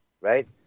right